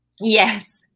Yes